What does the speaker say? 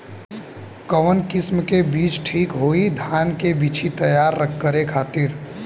कवन किस्म के बीज ठीक होई धान के बिछी तैयार करे खातिर?